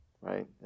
right